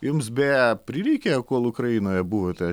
jums beje prireikė kol ukrainoje buvote